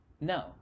No